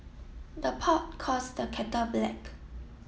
the pot calls the kettle black